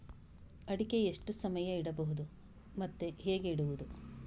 ಅಡಿಕೆ ಎಷ್ಟು ಸಮಯ ಇಡಬಹುದು ಮತ್ತೆ ಹೇಗೆ ಇಡುವುದು?